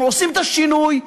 אנחנו עושים את השינוי,